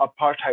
apartheid